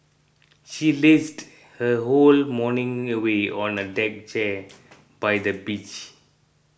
she lazed her whole morning away on a deck chair by the beach